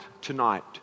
tonight